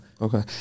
Okay